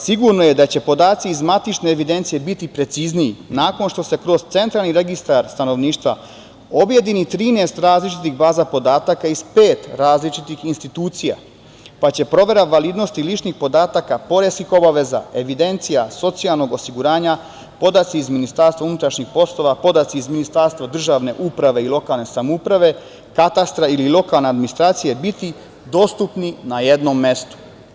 Sigurno je da će podaci iz matične evidencije biti precizniji nakon što se kroz Centralni registar stanovništva objedini 13 različitih baza podataka, iz pet različitih institucija, pa će provera validnosti ličnih podataka, pored svih obaveza evidencija, socijalnog osiguranja, podaci iz MUP, podaci iz Ministarstva državne uprave i lokalne samouprave, katastra ili lokalna administracije biti dostupni na jednom mestu.